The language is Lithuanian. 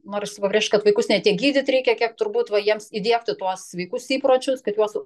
norisi pabrėžt kad vaikus ne tiek gydyt reikia kiek turbūt va jiems įdiegti tuos sveikus įpročius kad juos